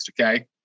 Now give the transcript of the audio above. Okay